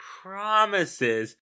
promises